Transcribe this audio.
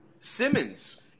Simmons